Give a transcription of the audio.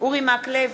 אורי מקלב,